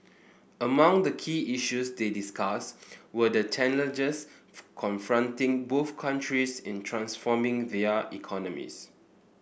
among the key issues they discussed were the challenges confronting both countries in transforming their economies